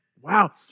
wow